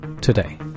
Today